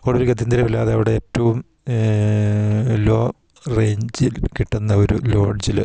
ഒടുവില് ഗത്യന്തരമില്ലാതെ അവിടെ ഏറ്റവും ലോ റേഞ്ചിൽ കിട്ടുന്ന ഒരു ലോഡ്ജിൽ